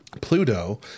Pluto